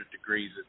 degrees